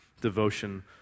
devotion